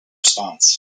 response